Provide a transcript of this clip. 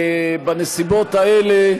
בנסיבות האלה,